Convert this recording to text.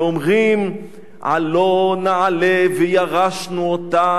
ואומרים: "עלה נעלה וירשנו אתה,